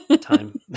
time